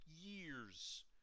years